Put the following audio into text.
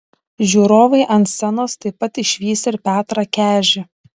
žiūrovai ant scenos taip pat išvys ir petrą kežį